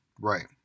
Right